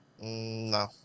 No